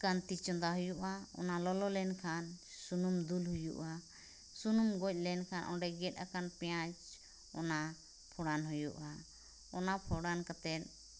ᱠᱟᱱᱛᱤ ᱪᱚᱸᱫᱟ ᱦᱩᱭᱩᱜᱼᱟ ᱚᱱᱟ ᱞᱚᱞᱚ ᱞᱮᱱᱠᱷᱟᱱ ᱥᱩᱱᱩᱢ ᱫᱩᱞ ᱦᱩᱭᱩᱜᱼᱟ ᱥᱩᱱᱩᱢ ᱜᱚᱡ ᱞᱮᱱᱠᱷᱟᱱ ᱚᱸᱰᱮ ᱜᱮᱫ ᱟᱠᱟᱱ ᱯᱮᱸᱭᱟᱡᱽ ᱚᱱᱟ ᱯᱷᱚᱲᱟᱱ ᱦᱩᱭᱩᱜᱼᱟ ᱚᱱᱟ ᱯᱷᱚᱲᱟᱱ ᱠᱟᱛᱮᱫ